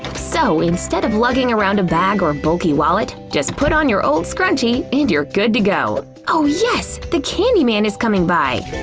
so instead of lugging around a bag or bulky wallet, just put on your scrunchy and you're good to go! oh yes! the candy man is coming by!